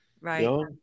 Right